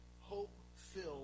hope-filled